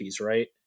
right